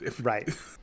right